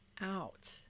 out